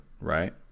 Right